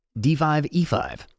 D5E5